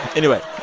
anyway,